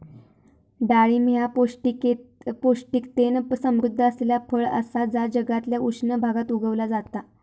डाळिंब ह्या पौष्टिकतेन समृध्द असलेला फळ असा जा जगातल्या उष्ण भागात उगवला जाता